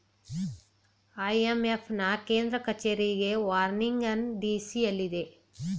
IMF ನಾ ಕೇಂದ್ರ ಕಚೇರಿಗೆ ವಾಷಿಂಗ್ಟನ್ ಡಿ.ಸಿ ಎಲ್ಲಿದೆ